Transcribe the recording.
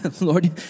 Lord